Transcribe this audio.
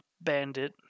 bandit